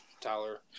Tyler